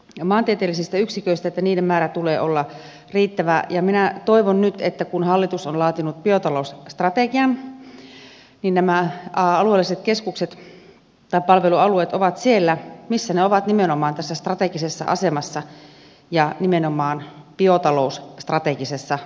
ja näiden maantieteellisten yksiköiden määrän tulee olla riittävä ja minä toivon nyt että kun hallitus on laatinut biotalousstrategian nämä palvelualueet ovat siellä missä ne ovat nimenomaan tässä strategisessa asemassa ja nimenomaan biotalousstrategisessa asemassa